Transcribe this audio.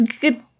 good